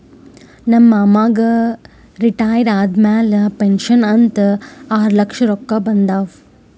ನಮ್ ಮಾಮಾಗ್ ರಿಟೈರ್ ಆದಮ್ಯಾಲ ಪೆನ್ಷನ್ ಅಂತ್ ಆರ್ಲಕ್ಷ ರೊಕ್ಕಾ ಬಂದಾವ್